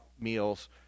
meals